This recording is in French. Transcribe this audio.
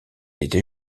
était